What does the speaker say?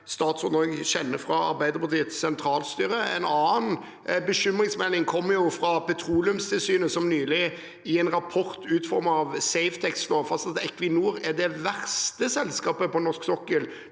statsråden også kjenner fra Arbeiderpartiets sentralstyre. En annen bekymringsmelding kommer fra Petroleumstilsynet, som nylig i en rapport utformet av Safetec slår fast at Equinor er det verste selskapet på norsk sokkel